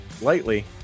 lightly